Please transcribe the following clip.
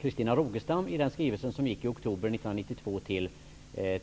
Christina Rogestam i en skrivelse till regeringen i oktober 1992.